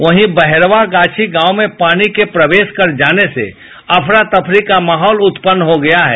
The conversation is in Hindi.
वहीं बहेड़वां गाछी गांव में पानी के प्रदेश कर जाने से अफरा तफरी का माहौल उत्पन्न हो गया है